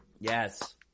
Yes